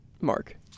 Mark